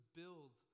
build